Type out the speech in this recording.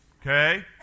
Okay